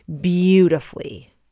beautifully